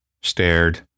stared